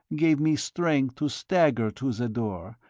gave me strength to stagger to the door,